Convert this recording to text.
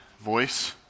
voice